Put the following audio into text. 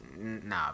nah